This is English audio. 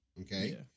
Okay